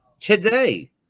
today